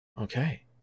okay